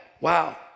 wow